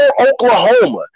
Oklahoma